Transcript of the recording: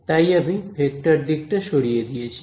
তাই আমি ভেক্টর দিকটা সরিয়ে দিয়েছি